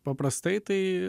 paprastai tai